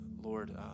Lord